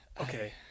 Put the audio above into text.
Okay